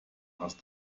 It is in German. hast